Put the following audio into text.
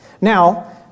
Now